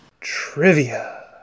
Trivia